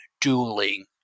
dueling